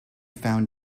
found